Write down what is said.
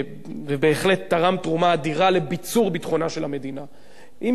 ובהחלט תרם תרומה אדירה לביצור ביטחונה של מדינת ישראל,